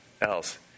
else